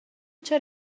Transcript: چون